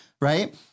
right